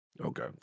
Okay